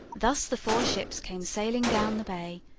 thus the four ships came sailing down the bay,